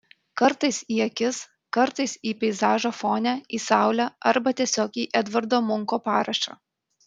kartais į akis kartais į peizažą fone į saulę arba tiesiog į edvardo munko parašą